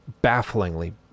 bafflingly